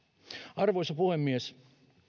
arvoisa puhemies